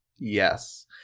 Yes